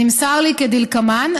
נמסר לי כדלקמן,